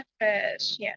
yes